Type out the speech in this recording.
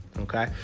okay